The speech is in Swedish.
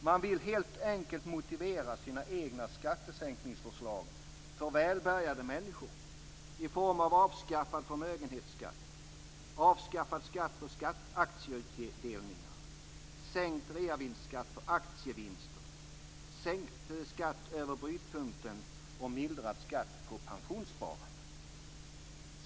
Man vill helt enkelt motivera sina egna skattesänkningsförslag för välbärgade människor i form av avskaffad förmögenhetsskatt, avskaffad skatt på aktieutdelningar, sänkt reavinstskatt på aktievinster, sänkt skatt över brytpunkten och mildrad skatt på pensionssparande.